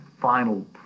final